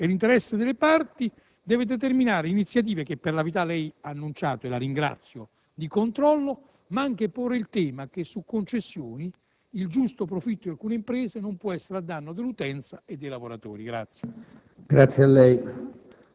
e l'interesse delle parti deve determinare iniziative - che per la verità lei ha annunciato e la ringrazio - di controllo, ma anche porre il tema che sulle concessioni il giusto profitto delle imprese non può essere a danno dell'utenza e dei lavoratori.